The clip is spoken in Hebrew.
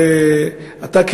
אתה,